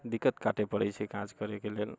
दिक्कत काटे पड़ैत छै काज करेके लेल